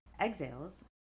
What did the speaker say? exhales